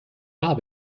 wahr